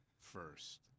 first